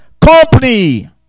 company